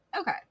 Okay